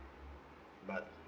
but